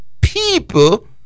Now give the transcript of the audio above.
people